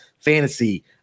Fantasy